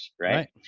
right